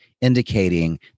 indicating